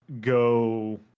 go